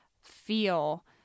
feel